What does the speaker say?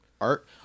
Art